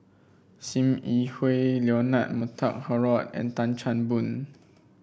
Sim Yi Hui Leonard Montague Harrod and Tan Chan Boon